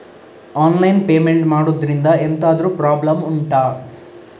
online payment ಮಾಡುದ್ರಿಂದ ಎಂತಾದ್ರೂ problem ಉಂಟಾ